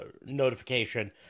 Notification